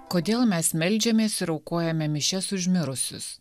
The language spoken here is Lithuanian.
kodėl mes meldžiamės ir aukojome mišias už mirusius